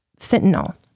fentanyl